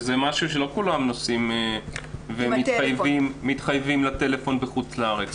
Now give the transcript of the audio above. כולם נוסעים ומתחייבים לטלפון בחוץ לארץ.